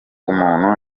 umuntu